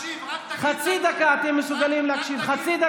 אני מקשיב, רק תגיד לנו מה, רק תתייחס, חצי דקה,